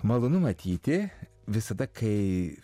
malonu matyti visada kai